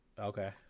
Okay